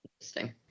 interesting